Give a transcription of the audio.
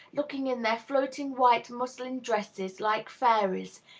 looking in their floating white muslin dresses like fairies,